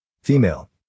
Female